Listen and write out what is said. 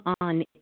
on